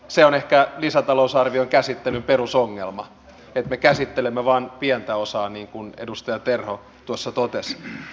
se on ehkä lisätalousarvion käsittelyn perusongelma että me käsittelemme vain pientä osaa niin kuin edustaja terho tuossa totesi